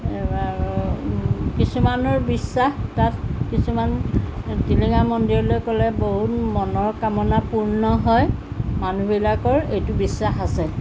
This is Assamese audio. কিছুমানৰ বিশ্বাস তাত কিছুমান টিলিঙা মন্দিৰলৈ গ'লে বহুত মনৰ কামনা পূৰ্ণ হয় মানুহবিলাকৰ এইটো বিশ্বাস আছে